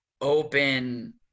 open